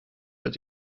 wird